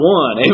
one